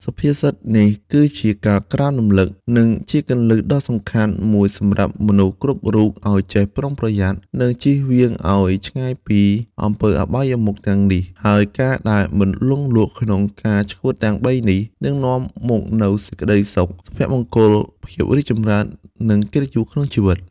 សុភាសិតនេះគឺជាការក្រើនរំលឹក និងជាគន្លឹះដ៏សំខាន់មួយសម្រាប់មនុស្សគ្រប់រូប ឲ្យចេះប្រុងប្រយ័ត្ន និងចៀសវាងឲ្យឆ្ងាយពីអំពើអបាយមុខទាំងនេះ ហើយការដែលមិនលង់លក់ក្នុងការឆ្កួតទាំងបីនេះ នឹងនាំមកនូវសេចក្តីសុខ សុភមង្គល ភាពរីកចម្រើន និងកិត្តិយសក្នុងជីវិត។